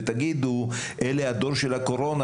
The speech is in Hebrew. ותגידו: אלה הדור של הקורונה,